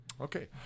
Okay